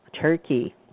Turkey